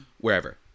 wherever